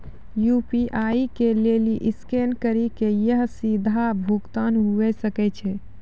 UPI के लेली scan करि के या सीधा भुगतान हुये सकै छै